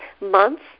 months